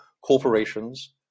corporations